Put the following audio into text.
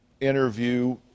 interview